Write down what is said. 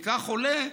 מכך עולה,